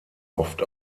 oft